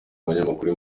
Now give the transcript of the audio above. abanyamakuru